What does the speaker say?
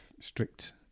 strict